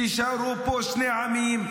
שיישארו פה שני העמים.